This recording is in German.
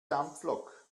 dampflok